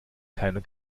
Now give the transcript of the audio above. keiner